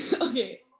okay